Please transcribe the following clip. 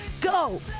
Go